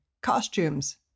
costumes